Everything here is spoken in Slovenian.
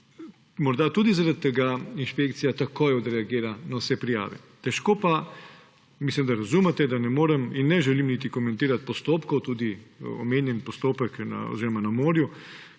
morda tudi zaradi tega inšpekcija takoj odreagira na vse prijave. Težko pa, mislim, da razumete, da ne morem in ne želim niti komentirati postopkov, tudi omenjeni postopek na morju,